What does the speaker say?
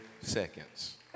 seconds